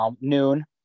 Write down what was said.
noon